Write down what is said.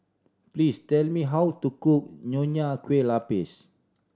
please tell me how to cook Nonya Kueh Lapis